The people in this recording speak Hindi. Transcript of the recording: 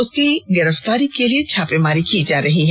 उसकी गिरफ्तारी के लिए छापेमारी की जा रही है